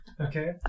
Okay